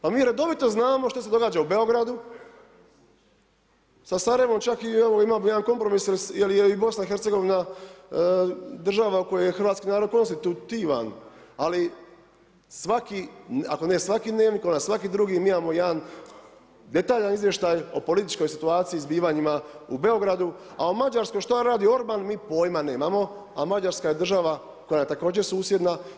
Pa mi redovito znamo što se događa u Beogradu, sa Sarajevom čak ima jedan kompromis jer je i BiH država u kojoj je hrvatski narod konstitutivan, ali svaki, ali ako ne svaki Dnevnik, onda svaki drugi mi imamo jedan detaljan izvještaj o političkoj situaciji i zbivanjima u Beogradu, a u Mađarskoj šta radi Orban mi pojma nemamo a Mađarska je država koja je također susjedna.